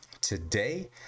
Today